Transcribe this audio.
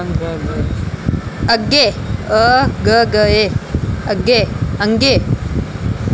अग्गें